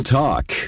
talk